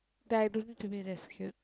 then I don't need to be rescued